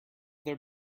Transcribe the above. their